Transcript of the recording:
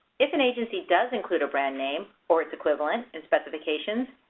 if an agency does include a brand name or its equivalent in specifications,